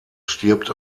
stirbt